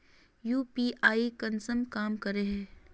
UPI कुंसम काम करे है?